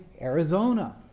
Arizona